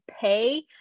pay